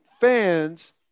fans